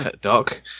Doc